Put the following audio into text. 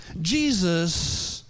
Jesus